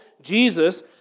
Jesus